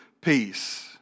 peace